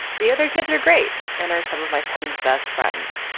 the other kids are great and are some of my son's best friends.